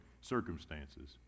circumstances